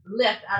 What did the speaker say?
left